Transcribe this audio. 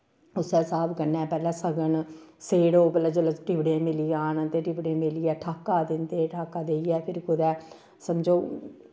उस्सै स्हाब कन्नै पैह्ले सगन स्हेड़ो पैह्ले जिसलै टिवड़े मिली जाह्न ते टिवड़े मेलियै ठाका दिंदे ठाका देइयै फिर कुदै समझो